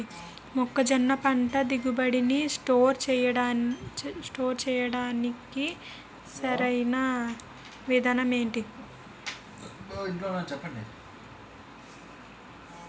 మొక్కజొన్న పంట దిగుబడి నీ స్టోర్ చేయడానికి సరియైన విధానం ఎంటి?